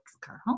girl